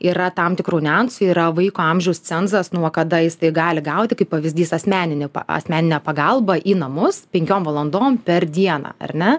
yra tam tikrų niuansų yra vaiko amžiaus cenzas nuo kada jis tai gali gauti kaip pavyzdys asmeninę asmeninę pagalbą į namus penkiom valandom per dieną ar ne